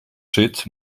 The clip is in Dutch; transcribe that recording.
zit